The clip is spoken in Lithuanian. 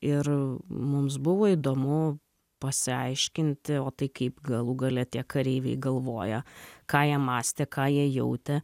ir mums buvo įdomu pasiaiškinti o tai kaip galų gale tie kareiviai galvoja ką jie mąstė ką jie jautė